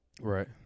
right